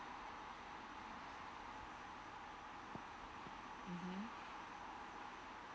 mmhmm